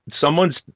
Someone's